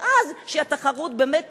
ואז שהתחרות באמת תגיד,